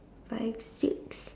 five six